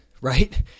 right